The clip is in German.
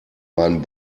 meinem